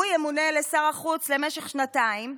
הוא ימונה לשר החוץ למשך שנתיים,